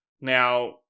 Now